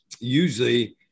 Usually